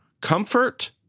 comfort